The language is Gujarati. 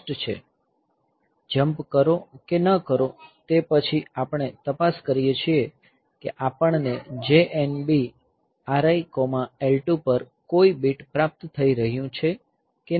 જમ્પ કરો કે ન કરો તે પછી આપણે તપાસ કરીએ છીએ કે આપણને JNB RIL2 પર કોઈ બીટ પ્રાપ્ત થઈ રહ્યું છે કે નહીં